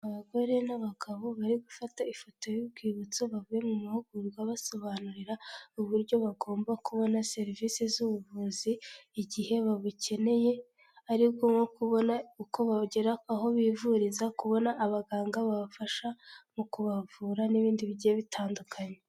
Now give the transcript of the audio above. Abagore n'abagabo, bari gufata ifoto y'urwibutso, bavuye mu mahugurwa abasobanurira uburyo bagomba kubona serivise z'ubuvuzi, igihe babukeneye ari bwo nko kubona uko bagera aho bivuriza, kubona abaganga babafasha mu kubavura n'ibindi bigiye bitandukanye.